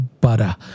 butter